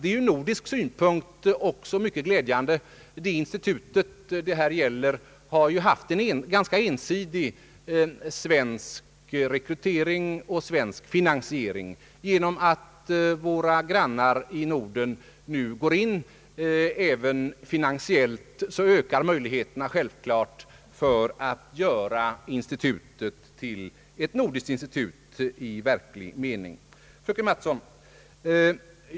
Det är också ur nordisk synpunkt mycket glädjande. Det institut det gäller har ju haft en ganska ensidig svensk rekrytering och finansiering. Genom att våra nordiska grannar nu går in även finansiellt ökar självklart möjligheterna till att göra institutet till ett nordiskt institut i verklig mening. Fröken Mattson!